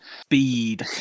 speed